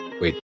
Wait